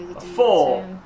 four